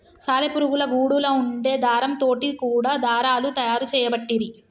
సాలె పురుగుల గూడులా వుండే దారం తోటి కూడా దారాలు తయారు చేయబట్టిరి